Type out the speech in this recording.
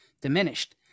diminished